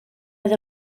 oedd